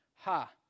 Ha